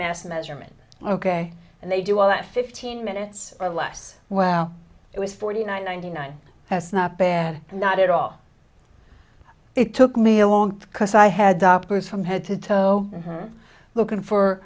mass measurement ok and they do all that fifteen minutes or less well it was forty nine ninety nine has not been not at all it took me a long because i had doctors from head to toe looking for